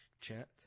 chat